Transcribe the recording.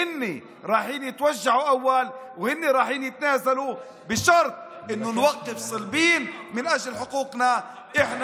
היא יודעת שהיא לא יכולה לנצח את הימין בלי המשקל של התושבים הערבים.